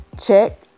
Check